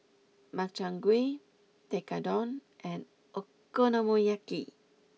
Makchang gui Tekkadon and Okonomiyaki